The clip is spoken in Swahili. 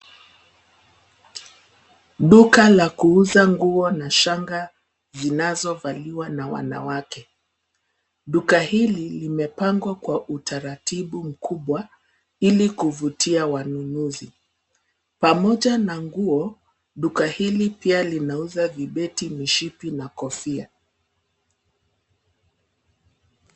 Duka la kuuza nguo na shanga zinazovaliwa na wanawake. Duka hili limepangwa kwa utaratibu mkubwa ili kuvutia wanunuzi. Pamoja na nguo duka hili pia linauza vibeti, mishipi na kofia .